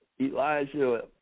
Elijah